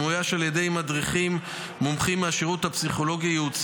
שמאויש על ידי מדריכים מומחים מהשירות הפסיכולוגי-ייעוצי,